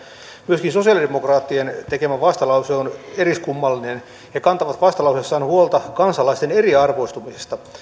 myöskin sosialidemokraattien tekemä vastalause on eriskummallinen he kantavat vastalauseessaan huolta kansalaisten eriarvoistumisesta